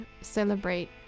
celebrate